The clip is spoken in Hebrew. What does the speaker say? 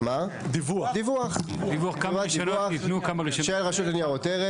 של רשות ניירות ערך.